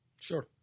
Sure